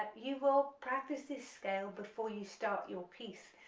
ah you will practice this scale before you start your piece,